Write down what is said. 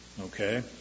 okay